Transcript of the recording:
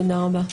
תודה רבה.